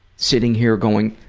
sitting here going,